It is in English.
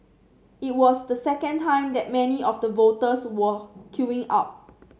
it was the second time that many of the voters were queuing up